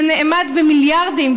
זה נאמד במיליארדים,